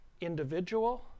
individual